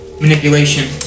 Manipulation